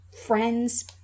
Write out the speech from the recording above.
friends